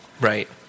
Right